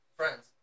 friends